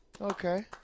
Okay